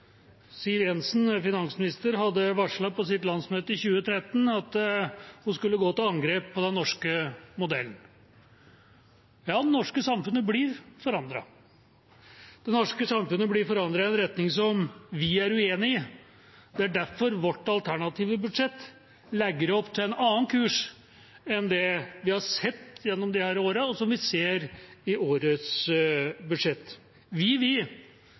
Siv Jensen, finansminister, hadde varslet på sitt partis landsmøte i 2013 at hun skulle gå til angrep på den norske modellen. Ja, det norske samfunnet blir forandret. Det norske samfunnet blir forandret i en retning som vi er uenig i. Det er derfor vårt alternative budsjett legger opp til en annen kurs enn det vi har sett gjennom disse årene, og som vi ser i årets budsjett. Vi